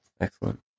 Excellent